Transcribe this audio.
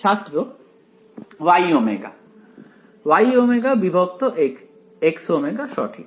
ছাত্র Y ω Y ω Xω সঠিক